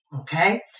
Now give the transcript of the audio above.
Okay